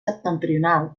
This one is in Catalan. septentrional